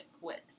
quit